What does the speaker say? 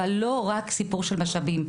אבל לא רק סיפור של משאבים.